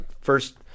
first